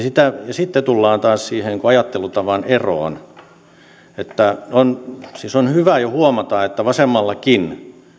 sitten tullaan taas siihen ajattelutavan eroon että on siis hyvä jo huomata että vasemmallakin